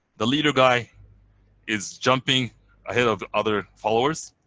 the leader guy is jumping ahead of other followers.